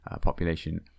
population